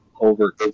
over